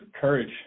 courage